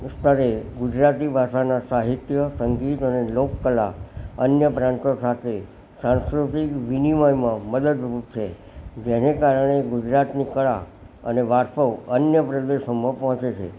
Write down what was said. સ્તરે ગુજરાતી ભાષાના સાહિત્ય સંગીત અને લોકકલા અન્ય પ્રાંતો સાથે સાંસ્કૃતિક વિનિમયમાં મદદરૂપ છે જેને કારણે ગુજરાતની કળા અને વારસો અન્ય પ્રદેશોમાં પહોંચે છે